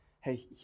Hey